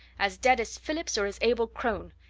as dead as phillips, or as abel crone.